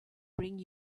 bring